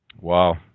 Wow